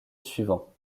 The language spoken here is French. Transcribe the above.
suivant